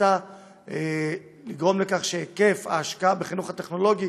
החלטה לגרום לכך שהיקף ההשקעה בחינוך הטכנולוגי